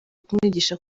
kumwigisha